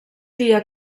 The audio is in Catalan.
dia